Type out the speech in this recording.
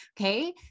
Okay